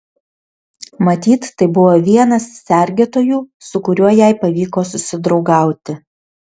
matyt tai buvo vienas sergėtojų su kuriuo jai pavyko susidraugauti